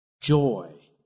joy